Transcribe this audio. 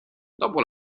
dopo